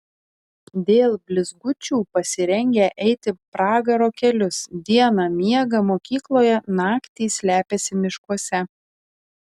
dėl blizgučių pasirengę eiti pragaro kelius dieną miega mokykloje naktį slepiasi miškuose